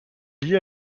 lié